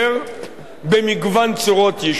במגוון צורות יישוב,